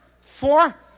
Four